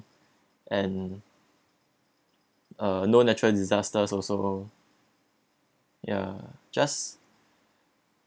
and uh no natural disasters also ya just